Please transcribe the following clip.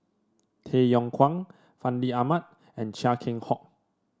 Tay Yong Kwang Fandi Ahmad and Chia Keng Hock